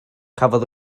cafodd